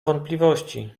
wątpliwości